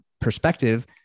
perspective